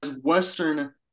Western